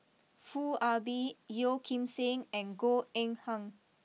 Foo Ah Bee Yeo Kim Seng and Goh Eng Han